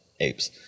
apes